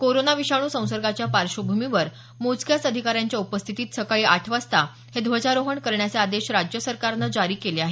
corona विषाणू संसर्गाच्या पार्श्वभूमीवर मोजक्याच अधिकाऱ्यांच्या उपस्थितीत सकाळी आठ वाजता हे ध्वजारोहण करण्याचे आदेश राज्य सरकारनं जारी केलं आहेत